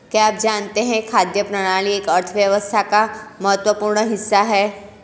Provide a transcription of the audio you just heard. क्या आप जानते है खाद्य प्रणाली एक अर्थव्यवस्था का महत्वपूर्ण हिस्सा है?